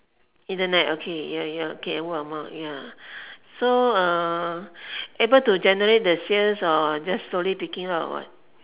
internet okay ya ya okay word of mouth ya so uh able to generate the sales or just slowly picking up or what